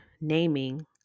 naming